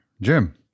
Jim